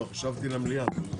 לא, חשבתי למליאה.